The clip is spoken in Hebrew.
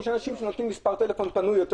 יש אנשים שנותנים מספר טלפון שהוא פנוי יותר